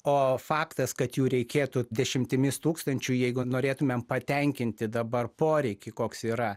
o faktas kad jų reikėtų dešimtimis tūkstančių jeigu norėtumėm patenkinti dabar poreikį koks yra